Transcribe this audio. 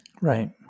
Right